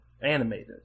animated